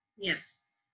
Yes